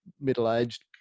middle-aged